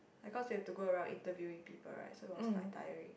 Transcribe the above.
like cause you have to go around interviewing people right so it was quite tiring